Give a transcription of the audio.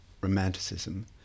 romanticism